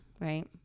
right